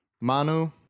Manu